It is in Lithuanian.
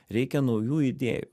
reikia naujų idėjų